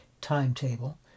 timetable